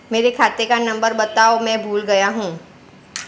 मेरे खाते का नंबर बताओ मैं भूल गया हूं